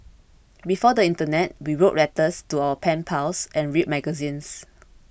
before the internet we wrote letters to our pen pals and read magazines